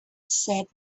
said